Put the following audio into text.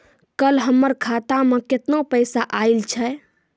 कल हमर खाता मैं केतना पैसा आइल छै?